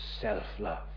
self-love